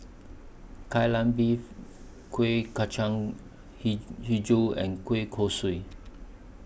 Kai Lan Beef Kuih Kacang He Hijau and Kueh Kosui